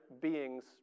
beings